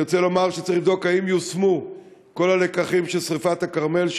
אני רוצה לומר שצריך לבדוק אם יושמו כל הלקחים של שרפת הכרמל,